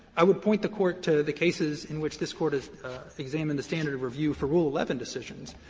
i would point the court to the cases in which this court has examined the standard of review for rule eleven decisions,